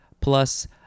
plus